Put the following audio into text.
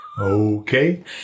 Okay